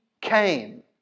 came